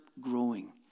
growing